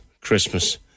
Christmas